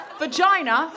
vagina